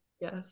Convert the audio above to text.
yes